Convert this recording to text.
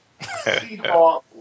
Seahawk